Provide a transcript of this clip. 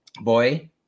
Boy